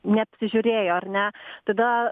neapsižiūrėjo ar ne tada